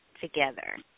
together